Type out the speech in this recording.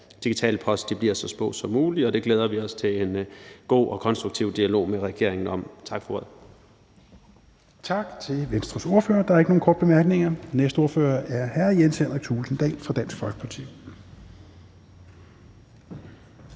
af digital post, bliver så små som muligt, og det glæder vi os til en god og konstruktiv dialog med regeringen om. Tak for ordet. Kl. 17:14 Fjerde næstformand (Rasmus Helveg Petersen): Tak til Venstres ordfører. Der er ikke nogen korte bemærkninger. Næste ordfører er hr. Jens Henrik Thulesen Dahl fra Dansk Folkeparti.